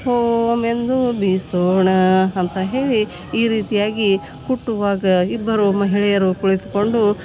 home ಎಂದು ಬಿಸೋಣ ಅಂತ ಹೇಳಿ ಈ ರೀತಿ ಆಗಿ ಕುಟ್ಟುವಾಗ ಇಬ್ಬರು ಮಹಿಳೆಯರು ಕುಳಿತ್ಕೊಂಡು